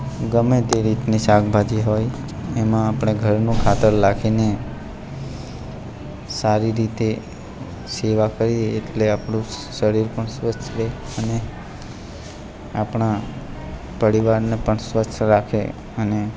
ગમે તે રીતની શાકભાજી હોય એમાં આપણે ઘરનું ખાતર નાખીને સારી રીતે સેવા કરીએ એટલે આપણું શરીર પણ સ્વસ્થ રહે અને આપણાં પરિવારને પણ સ્વસ્થ રાખે અને